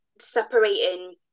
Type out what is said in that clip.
separating